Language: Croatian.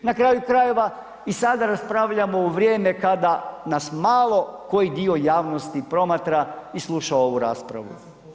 Na kraju krajeva i sada raspravljamo u vrijeme kada nas malo koji dio javnosti promatra i sluša ovu raspravu.